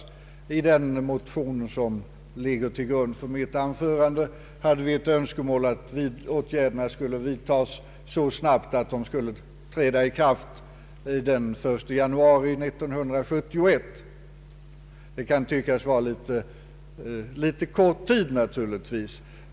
I den motion som ligger till grund för mitt anförande hade vi ett önskemål att åtgärderna skulle vidtagas så snabbt att de skulle kunna träda i kraft den 1 januari 1971. Detta kan tyckas vara en alltför kort förberedelsetid.